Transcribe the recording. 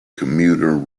commuter